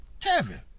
Kevin